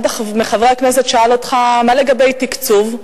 אחד מחברי הכנסת שאל אותך מה לגבי תקצוב,